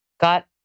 got